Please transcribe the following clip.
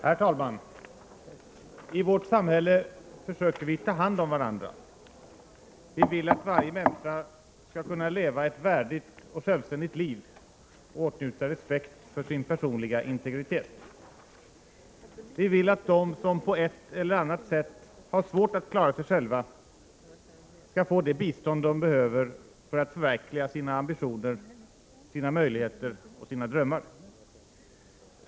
Herr talman! I vårt samhälle försöker vi ta hand om varandra. Vi vill att varje människa skall kunna leva ett värdigt och självständigt liv och åtnjuta respekt för sin personliga integritet. Vi vill att de som på ett eller annat sätt har svårt att klara sig själva skall få det bistånd de behöver för att förverkliga sina möjligheter, sina ambitioner och sina drömmar.